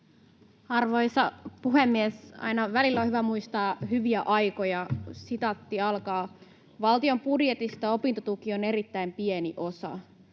Arvoisa puhemies! Aina välillä on hyvä muistaa hyviä aikoja: ”Valtion budjetista opintotuki on erittäin pieni osa.